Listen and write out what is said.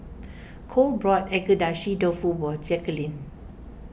Cole bought Agedashi Dofu for Jacquelynn